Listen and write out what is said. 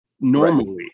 normally